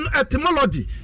etymology